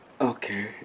Okay